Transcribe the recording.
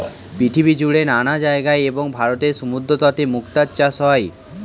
পৃথিবীজুড়ে নানা জায়গায় এবং ভারতের সমুদ্রতটে মুক্তার চাষ হয়